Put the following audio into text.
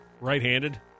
right-handed